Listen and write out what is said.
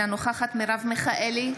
אינה נוכחת מרב מיכאלי,